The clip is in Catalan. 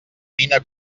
vine